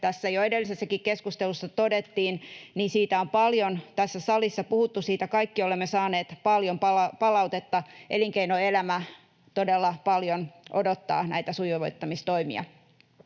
jo edellisessäkin keskustelussa todettiin, niin siitä on paljon tässä salissa puhuttu, siitä kaikki olemme saaneet paljon palautetta, ja elinkeinoelämä todella paljon odottaa näitä sujuvoittamistoimia.